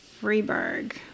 Freiburg